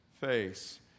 face